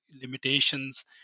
limitations